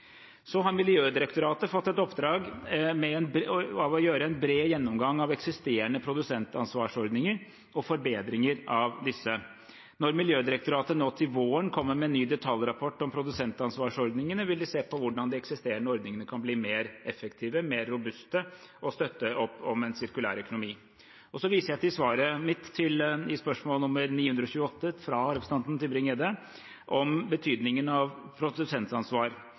Så har Miljødirektoratet fått et oppdrag om å gjøre en bred gjennomgang av eksisterende produsentansvarsordninger og forbedringer av disse. Når Miljødirektoratet nå til våren kommer med en ny detaljrapport om produsentansvarsordningene, vil vi se på hvordan de eksisterende ordningene kan bli mer effektive, mer robuste og støtte opp om en sirkulær økonomi. Så viser jeg til svaret mitt på spørsmål nr. 981, fra representanten Tybring-Gjedde, om betydningen av produsentansvar.